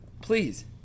Please